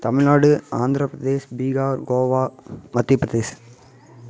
Tamil Nadu Andhra Pradesh Bihar Goa Madhya Pradesh